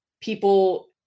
people